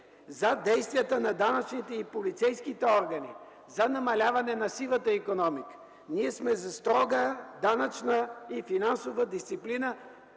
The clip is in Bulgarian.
за действията на данъчните и полицейските органи за намаляване на сивата икономика. Ние сме за строга данъчна и финансова дисциплина,